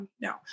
no